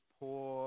poor